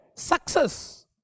Success